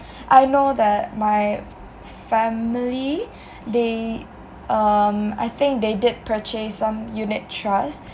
I know that my family they um I think they did purchase some unit trust